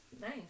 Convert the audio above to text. nice